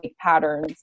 patterns